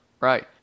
right